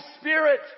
Spirit